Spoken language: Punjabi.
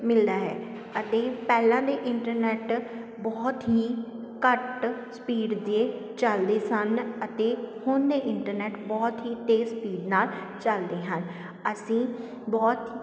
ਮਿਲਦਾ ਹੈ ਅਤੇ ਪਹਿਲਾਂ ਦੇ ਇੰਟਰਨੈਟ ਬਹੁਤ ਹੀ ਘੱਟ ਸਪੀਡ ਦੇ ਚਲਦੇ ਸਨ ਅਤੇ ਹੁਣ ਦੇ ਇੰਟਰਨੈਟ ਬਹੁਤ ਹੀ ਤੇਜ਼ ਸਪੀਡ ਨਾਲ ਚੱਲਦੇ ਹਨ ਅਸੀਂ ਬਹੁਤ